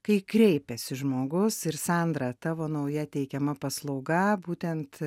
kai kreipiasi žmogus ir sandra tavo nauja teikiama paslauga būtent